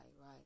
right